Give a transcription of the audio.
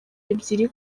ebyiri